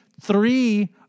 three